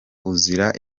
uzira